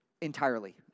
entirely